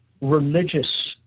religious